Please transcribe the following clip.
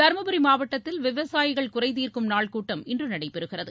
தருமபுரி மாவட்டத்தில் விவசாயிகள் குறை தீர்க்கும் நாள் கூட்டம் இன்று நடைபெறுகிறது